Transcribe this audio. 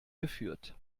geführt